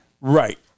right